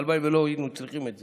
הלוואי שלא היינו צריכים את זה,